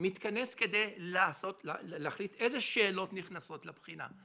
מתכנס כדי להחליט איזה שאלות נכנסות לבחינה.